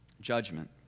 judgment